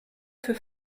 für